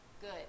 good